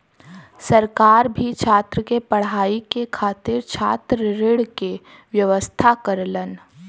सरकार भी छात्र के पढ़ाई के खातिर छात्र ऋण के व्यवस्था करलन